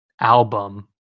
Album